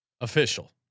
Official